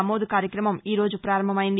నమోదు కార్యక్రమం ఈరోజు ప్రారంభమయ్యింది